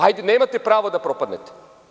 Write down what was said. Hajde, nemate prava da propadnete.